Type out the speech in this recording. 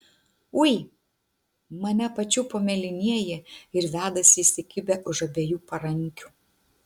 ui mane pačiupo mėlynieji ir vedasi įsikibę už abiejų parankių